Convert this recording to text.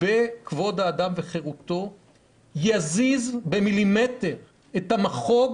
בחוק יסוד: כבוד האדם וחירותו יזיז במילימטר את המחוג